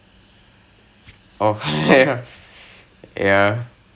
literally so so அவங்களும் வராங்க:avangalum varaanga